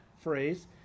phrase